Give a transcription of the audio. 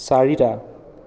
চাৰিটা